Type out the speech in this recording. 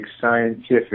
scientific